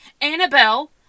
Annabelle